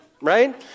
right